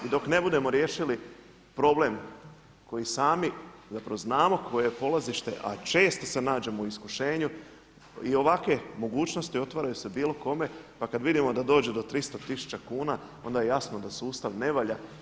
I dok ne budemo riješili problem koji sami zapravo znamo koje je polazište, a često se nađemo u iskušenju i ovakve mogućnosti otvaraju se bilo kome, pa kad vidimo da dođe do 300 tisuća kuna, onda je jasno da sustav ne valja.